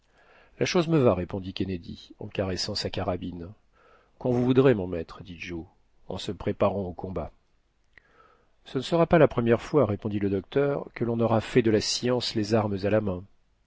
la chose me va répondit kennedy en caressant sa carabine quand vous voudrez mon maître dit joe en se préparant au combat ce ne sera pas la première fois répondit le docteur que l'on aura fait de la science les armes à la main